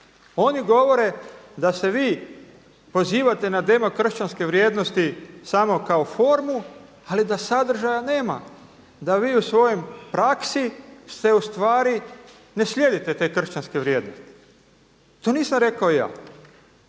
Oni govore da se vi pozivate na demokršćanske vrijednosti samo kao formu ali da sadržaja nema, da vi u svojoj praksi ustvari ne slijedite te kršćanske vrijednosti. To nisam rekao ja,